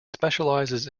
specializes